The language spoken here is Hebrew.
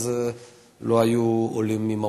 אז לא היו עולים ממרוקו,